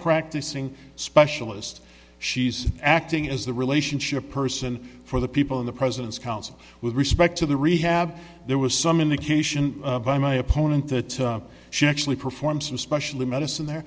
practicing specialist she's acting as the relationship person for the people in the president's counsel with respect to the rehab there was some indication by my opponent that she actually performs especially medicine there